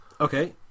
okay